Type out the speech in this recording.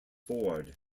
ford